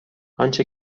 آنچه